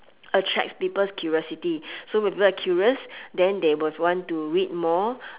attracts people's curiosity so when people are curious then they will want to read more